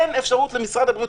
אין אפשרות למשרד הבריאות,